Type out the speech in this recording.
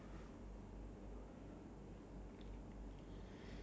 tell a story about a crazy coincidence